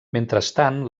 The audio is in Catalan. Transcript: mentrestant